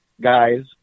guys